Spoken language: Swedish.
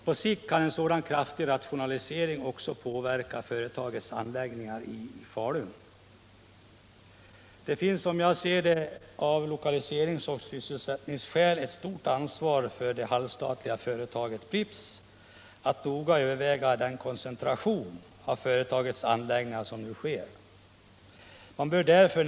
På sikt kan en sådan kraftig rationalisering också påverka företagets anläggning i Falun. Som jag ser det har av lokaliseringsoch sysselsättningsskäl det halvstatliga företaget Pripps ett stort ansvar att noga överväga den koncentration av företagets anläggningar som nu sker.